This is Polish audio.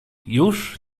już